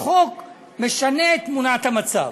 החוק משנה את תמונת המצב.